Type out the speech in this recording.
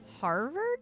Harvard